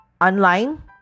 online